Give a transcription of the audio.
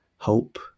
hope